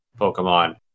Pokemon